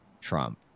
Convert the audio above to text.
Trump